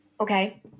Okay